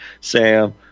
Sam